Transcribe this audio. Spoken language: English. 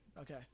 Okay